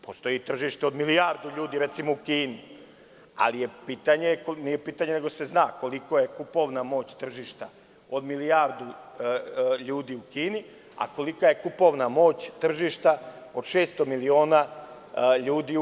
Postoji tržište i od milijardu ljudi, recimo u Kini, ali se zna kolika je kupovna moć tržišta od milijardu ljudi u Kini a kolika je kupovna moć tržišta od 600 miliona ljudi u EU.